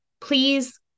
please